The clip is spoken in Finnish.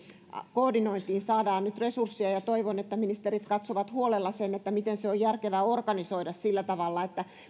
koordinointiin saadaan nyt resursseja ja toivon että ministerit katsovat huolella sen miten se on järkevä organisoida sillä tavalla että